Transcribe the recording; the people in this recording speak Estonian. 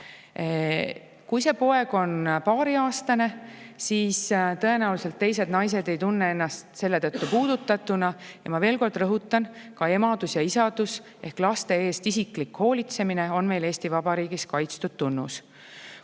Kui see poeg on paariaastane, siis tõenäoliselt teised naised ei tunne ennast selle tõttu puudutatuna. Ja ma veel kord rõhutan, et ka emadus ja isadus ehk laste eest isiklikult hoolitsemine on Eesti Vabariigis kaitstud.